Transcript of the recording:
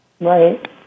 Right